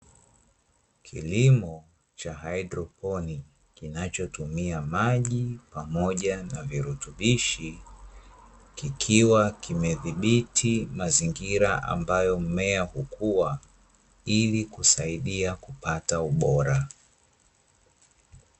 Kilimo cha haidroponi kinachotumia maji pamoja na virutubishi, kikiwa kimedhibiti mazingira ambayo mmea hukua, ili kusaidia kupata ubora.